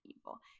evil